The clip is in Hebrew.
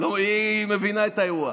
לא, היא מבינה את האירוע.